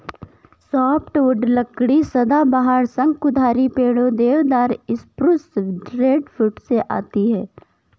softwood लकड़ी सदाबहार, शंकुधारी पेड़ों, देवदार, स्प्रूस, रेडवुड से आती है